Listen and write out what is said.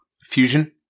Fusion